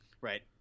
right